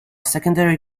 secondary